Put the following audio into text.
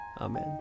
Amen